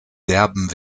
derben